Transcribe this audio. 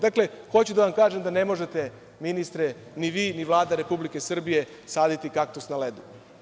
Dakle, hoću da vam kažem da ne možete ministre, ni vi ni Vlada Republike Srbije saditi kaktus na ledu.